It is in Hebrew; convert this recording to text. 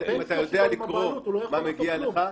האם אתה יודע לקרוא מה מגיע לך.